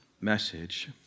message